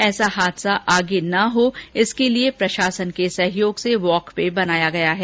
ऐसा हादसा आगे नहीं हो इसके लिए प्रशासन के सहयोग से वॉक वे बनाया गया है